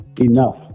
enough